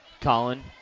Colin